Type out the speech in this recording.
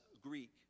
Greek